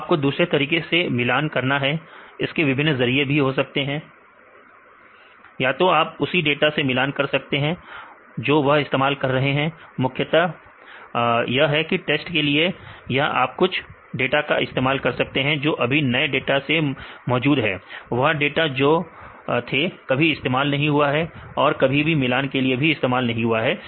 तो आपको दूसरे तरीकों से मिलान करना है इसके विभिन्न जरियों से हो सकते हैं या तो आप उसी डाटा से मिलान कर सकते हैं जो वह इस्तेमाल कर रहे हैं मुख्यता है टेस्ट के लिए या आप कुछ डाटा का इस्तेमाल कर सकते हैं जो अभी नए डाटा में मौजूद है वह डाटा जो थे कभी इस्तेमाल नहीं हुआ है और कभी भी मिलान के लिए भी इस्तेमाल नहीं हुआ है